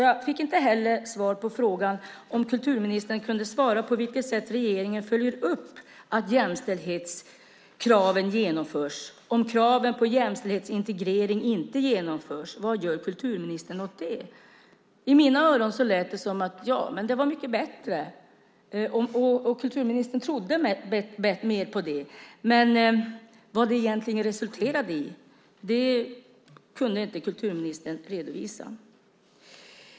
Jag fick inte heller svar på frågan om kulturministern kunde svara på hur regeringen följer upp att jämställdhetskraven tillgodoses och vad kulturministern gör om kraven på jämställdhetsintegrering inte tillgodoses. I mina öron lät det som att det var mycket bättre och att kulturministern trodde mer på det, men vad det egentligen resulterade i kunde kulturministern inte redovisa.